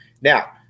Now